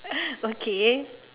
okay